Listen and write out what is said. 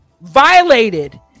violated